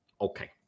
Okay